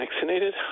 vaccinated